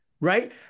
right